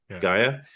Gaia